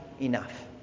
enough